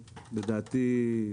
לדעתי,